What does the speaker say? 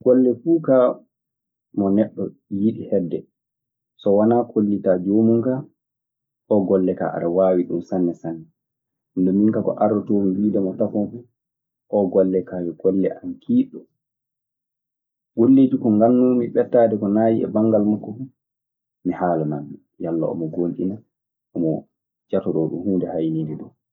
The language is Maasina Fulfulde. Golle fuu kaa mo neɗɗo yiɗi hedde sowanaa kollitaa joomum kaa, oo golle kaa aɗa waawi ɗum sanne. Nenno ko ardotoomi wiidemo tafon fuu, oo golle kaa yo golle am kiiɗo. Golleeji ko nganoomi e ɓettaade ko naayii e banngal mokko fuu mi haalanamo, yalla omo gonɗina oo jatoroo ɗum huunde hayniinde nom.